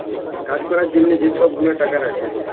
কাজ ক্যরার জ্যনহে যে ছব গুলা টাকা রাখ্যে